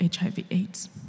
HIV-AIDS